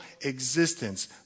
existence